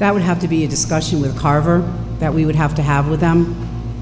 that would have to be a discussion with carver that we would have to have with them